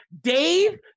Dave